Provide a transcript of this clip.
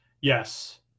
Yes